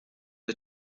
the